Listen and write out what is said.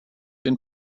den